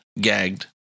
gagged